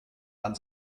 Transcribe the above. wann